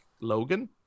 Logan